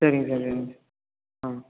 சரிங் சார் சரிங் சார் ஆ